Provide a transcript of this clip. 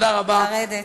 לרדת.